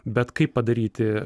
bet kaip padaryti